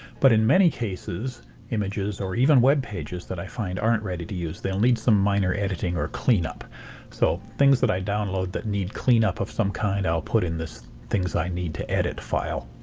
but in many cases images or even web pages that i find aren't ready to use they'll need some minor editing or cleanup so things that i download that need cleanup of some kind i'll put in this things i need to edit file.